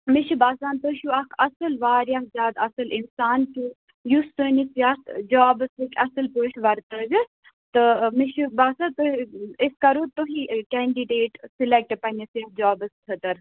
مےٚ چھُ باسان تُہۍ چھِو اَکھ اَصٕل واریاہ زیادٕ اصٕل انسان تہٕ یُس سٲنِس یتھ جابَس وُچھِ اصٕل پٲٹھۍ وَرتٲوِتھ تہٕ مےٚ چھُ باسان تُہۍ أسۍ کَرو تُہی کیٚنٛڈِڈیٚٹ سِلٮ۪کٹہٕ پنہٕ نِس یَتھ جابَس خٲطرٕ